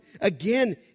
Again